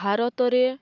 ଭାରତରେ